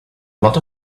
lot